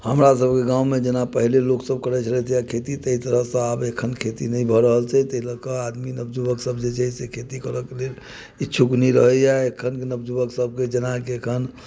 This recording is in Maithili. हमरा सबके गाममे जेना पहिने लोक सब करैत छलै खेती ताहि तरहक आब एखन खेती नहि भऽ रहल छै ताहि लऽकऽ आदमी नवयुवक सब जे छै से खेती करक लेल इच्छुक नहि रहैया एखन जे नवयुवक सब जेना कि एखन